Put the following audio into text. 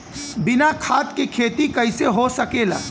बिना खाद के खेती कइसे हो सकेला?